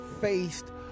faced